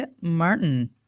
Martin